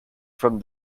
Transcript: from